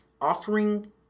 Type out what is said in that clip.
offering